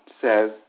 says